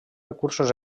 recursos